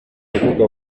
rubuga